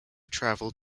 traveled